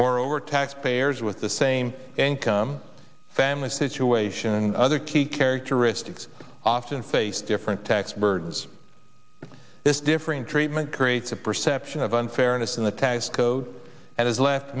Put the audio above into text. moreover taxpayers with the same income families situation and other key characteristics often face different tax burdens this differing treatment creates a perception of unfairness in the tax code that has l